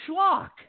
schlock